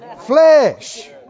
flesh